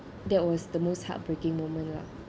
that was the most heartbreaking moment lah